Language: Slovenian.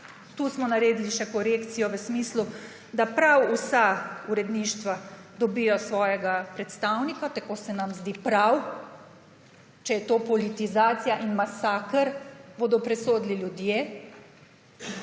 Tu smo naredili korekcijo v smislu, da prav vsa uredništva dobijo svojega predstavnika. Tako se nam zdi prav. Če je to politizacija in masaker, bodo presodili ljudje.